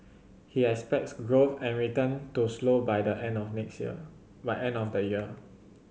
he expects growth and return to slow by the end of the next year by end of the year